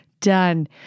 Done